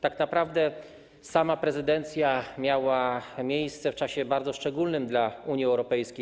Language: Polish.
Tak naprawdę sama prezydencja miała miejsce w czasie bardzo szczególnym dla Unii Europejskiej.